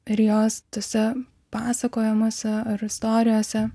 per jos tose pasakojamose istorijose